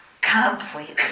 completely